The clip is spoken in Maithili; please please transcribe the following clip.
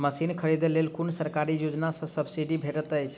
मशीन खरीदे लेल कुन सरकारी योजना सऽ सब्सिडी भेटैत अछि?